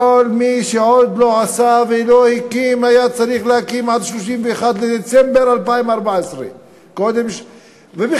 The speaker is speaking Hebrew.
כל מי שעוד לא עשה ולא הקים היה צריך להקים עד 31 בדצמבר 2014. ובכלל,